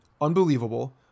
unbelievable